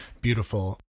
beautiful